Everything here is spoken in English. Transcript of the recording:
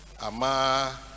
Ama